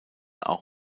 auch